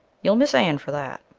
you'll miss anne for that.